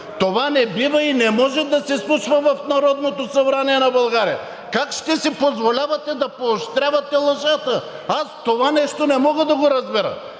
Това не бива и не може да се случва в Народното събрание на България. Как ще си позволявате да поощрявате лъжата?! Аз това нещо не мога да го разбера!